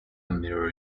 mirror